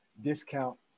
discount